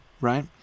right